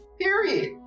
Period